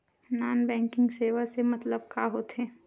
Non banking सेवा के मतलब का होथे?